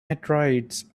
meteorites